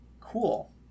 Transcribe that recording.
Cool